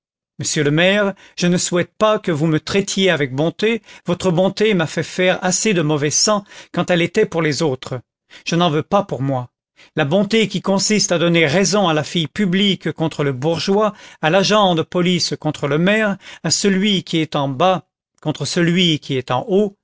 monsieur le maire je ne souhaite pas que vous me traitiez avec bonté votre bonté m'a fait faire assez de mauvais sang quand elle était pour les autres je n'en veux pas pour moi la bonté qui consiste à donner raison à la fille publique contre le bourgeois à l'agent de police contre le maire à celui qui est en bas contre celui qui est en haut